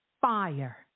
fire